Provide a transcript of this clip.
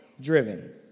driven